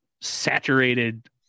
saturated